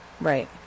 Right